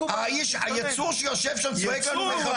לא מקובל עליי, הייצור שיושב שם צועק שם שאני